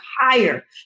higher